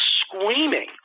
screaming